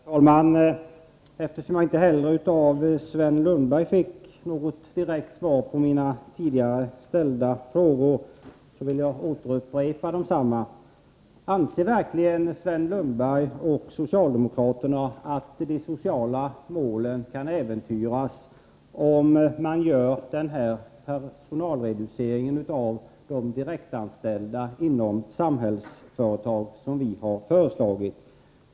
Herr talman! Eftersom jag inte heller av Sven Lundberg fick något direkt svar på mina tidigare ställda frågor vill jag upprepa dem. Anser verkligen Sven Lundberg och socialdemokraterna att de sociala målen kan äventyras om man gör den personalreducering när det gäller de direktanställda inom Samhällsföretag som vi har föreslagit?